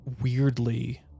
weirdly